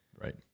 Right